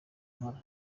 nkora